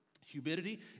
humidity